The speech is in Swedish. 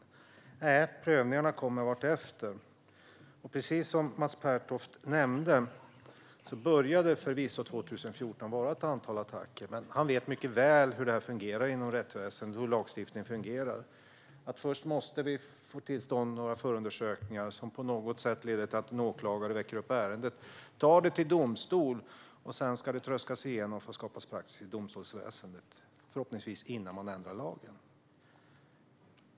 Nej, prövningarna kommer vartefter. Precis som Mats Pertoft nämnde började det förvisso 2014 att ske ett antal attacker. Men han vet mycket väl hur det fungerar inom rättsväsendet och hur lagstiftningen fungerar. Först måste vi få till stånd några förundersökningar som på något sätt leder till att en åklagare väcker åtal i ärendet och tar det till domstol. Sedan ska det tröskas igenom för att det ska skapas praxis i domstolsväsendet, förhoppningsvis innan man ändrar lagen.